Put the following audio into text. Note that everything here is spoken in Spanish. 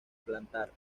plantar